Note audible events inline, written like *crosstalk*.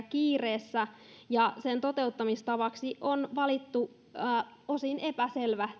*unintelligible* kiireessä ja sen toteuttamistavaksi on valittu osin epäselvä